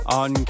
on